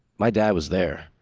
my dad was there.